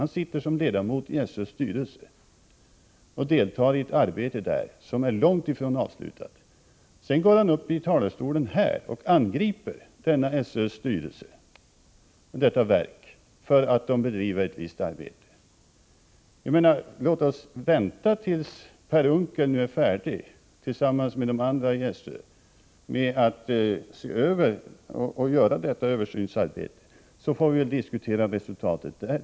Han sitter som ledamot i SÖ:s styrelse och deltar där i ett arbete som långt ifrån är avslutat. Ändå angriper han från kammarens talarstol SÖ för detta arbete. Låt oss vänta tills Per Unckel och de andra i SÖ:s styrelse är färdiga med detta översynsarbete, så får vi därefter diskutera resultatet.